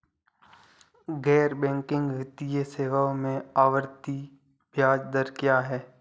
गैर बैंकिंग वित्तीय सेवाओं में आवर्ती ब्याज दर क्या है?